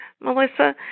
Melissa